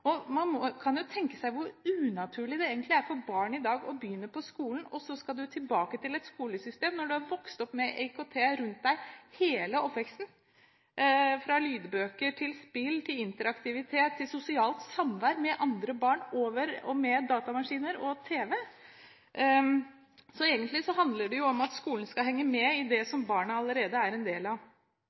interessant. Man kan jo tenke seg hvor unaturlig det egentlig er for barn i dag å begynne på skolen, komme til et skolesystem når du har hatt IKT rundt deg under hele oppveksten: lydbøker, spill, interaktivitet, sosialt samvær med andre barn med datamaskiner og tv. Egentlig handler det om at skolen skal henge med på det som barna allerede er en del av.